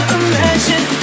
imagine